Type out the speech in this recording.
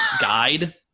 guide